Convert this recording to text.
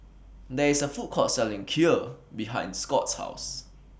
There IS A Food Court Selling Kheer behind Scott's House